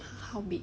how big